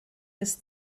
his